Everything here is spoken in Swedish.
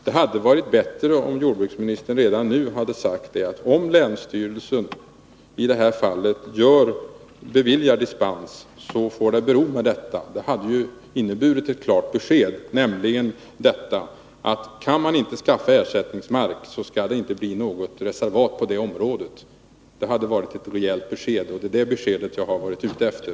Det hade varit bättre om jordbruksministern redan nu förklarat att det, om länsstyrelsen i detta fall beviljar dispens, får bero med detta. Det hade inneburit ett klart besked, nämligen att det inte skall bli något reservat på området om man inte kan skaffa ersättningsmark. Det hade varit ett rejält besked, och det är det beskedet som jag är ute efter.